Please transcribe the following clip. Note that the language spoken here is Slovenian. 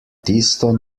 tisto